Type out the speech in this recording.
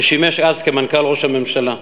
ששימש אז כמנכ"ל משרד ראש הממשלה.